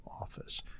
office